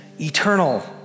Eternal